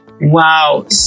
Wow